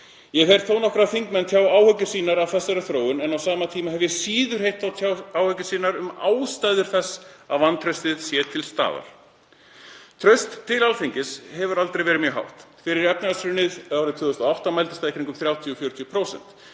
Ég hef heyrt þó nokkra þingmenn tjá áhyggjur sínar af þeirri þróun en á sama tíma hef ég síður heyrt þá tjá áhyggjur sínar um ástæður þess að vantraustið sé til staðar. Traust til Alþingis hefur aldrei verið mjög hátt. Fyrir efnahagshrunið árið 2008 mældist það í kringum 30–40%,